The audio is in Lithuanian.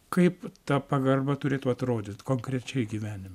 kaip ta pagarba turėtų atrodyt konkrečiai gyvenime